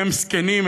אין זקנים,